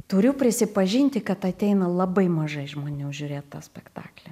turiu prisipažinti kad ateina labai mažai žmonių žiūrėt tą spektaklį